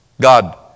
God